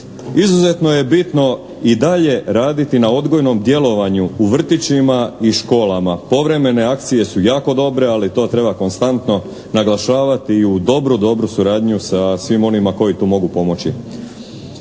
Izuzetno je bitno i dalje raditi na odgojnom djelovanju u vrtićima i školama. Povremene akcije su jako dobre, ali to treba konstantno naglašavati i u dobru, dobru suradnju sa svim onima koji tu mogu pomoći.